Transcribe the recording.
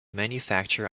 manufacture